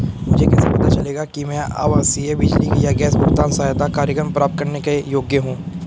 मुझे कैसे पता चलेगा कि मैं आवासीय बिजली या गैस भुगतान सहायता कार्यक्रम प्राप्त करने के योग्य हूँ?